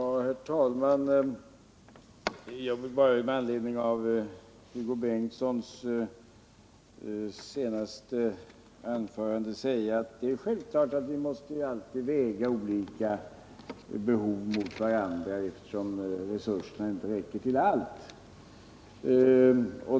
Herr talman! Med anledning av Hugo Bengtssons senaste anförande vill jag säga att det är självklart att vi alltid måste väga olika behov mot varandra, eftersom resurserna inte räcker till allt.